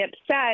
upset